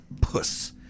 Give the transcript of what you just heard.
puss